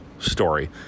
Story